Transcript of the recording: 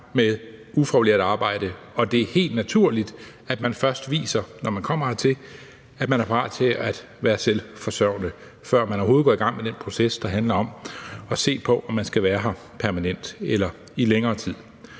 med ufaglært arbejde, og det er helt naturligt, at man, når man kommer hertil, først viser, at man er parat til at være selvforsørgende, før man overhovedet går i gang med den proces, der handler om at se på, om man skal være her permanent eller i længere tid.